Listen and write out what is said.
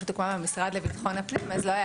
קמה הרשות במשרד לביטחון הפנים אז לא היה